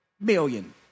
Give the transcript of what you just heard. million